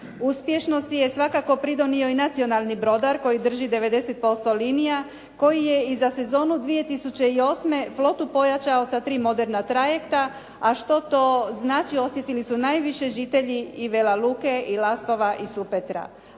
Uspješnosti je svakako pridonio i nacionalni brodar koji drži 90% linija koji je i za sezonu 2008. flotu pojačao sa tri moderna trajekta, a što to znači osjetili su najviše žitelji i Vela Luke i Lastova i Supetra.